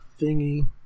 thingy